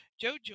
Joe